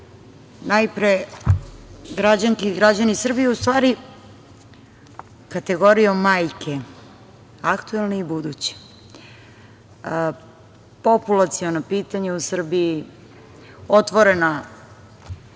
kolege, građanke i građani Srbije, u stvari kategorijo majki, aktuelne i buduće, populaciono pitanje u Srbiji je otvoreno